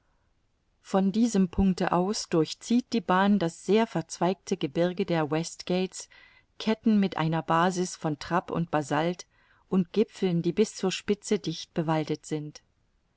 von diesem punkte aus durchzieht die bahn das sehr verzweigte gebirge der west gates ketten mit einer basis von trapp und basalt und gipfeln die bis zur spitze dicht bewaldet sind